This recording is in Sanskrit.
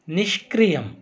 निष्क्रियम्